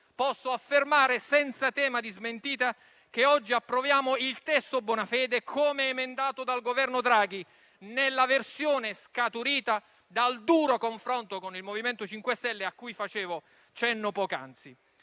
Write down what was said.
Posso affermare, senza tema di smentita, che oggi approviamo il testo Bonafede come emendato dal Governo Draghi, nella versione scaturita dal duro confronto con il Movimento 5 stelle, a cui facevo cenno poc'anzi.